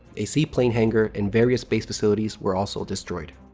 a seaplane hangar and various base facilities were also destroyed.